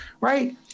Right